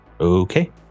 Okay